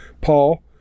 Paul